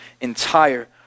entire